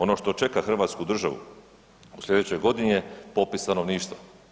Ono što čeka Hrvatsku državu u slijedećoj godini je popis stanovništava.